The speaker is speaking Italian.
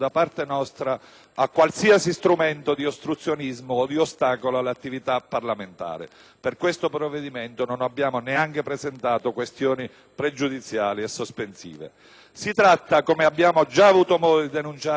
a qualsiasi strumento di ostruzionismo o di ostacolo all'attività parlamentare (per questo provvedimento non abbiamo neanche presentato questioni pregiudiziali e sospensive). Si tratta, come abbiamo già avuto modo di denunciare più volte,